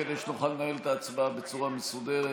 כדי שנוכל לנהל את ההצבעה בצורה מסודרת.